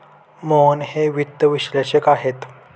मोहन हे वित्त विश्लेषक आहेत